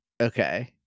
okay